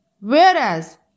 whereas